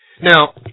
Now